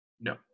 No